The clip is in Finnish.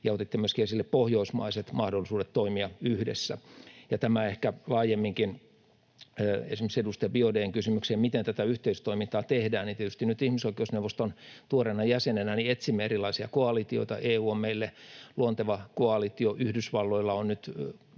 ja otitte myöskin esille pohjoismaiset mahdollisuudet toimia yhdessä. Ja ehkä laajemminkin esimerkiksi edustaja Eva Biaudet’n kysymykseen, miten tätä yhteistoimintaa tehdään, niin tietysti nyt ihmisoikeusneuvoston tuoreena jäsenenä etsimme erilaisia koalitioita. EU on meille luonteva koalitio, Yhdysvalloilla on nyt